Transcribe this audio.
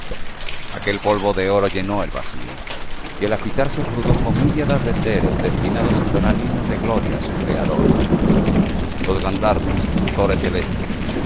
aquel polvo de oro llenó el vacío y al agitarse produjo mirladas de seres destinados á entonar himnos de gloria á su criador los grandharvas ó cantores celeste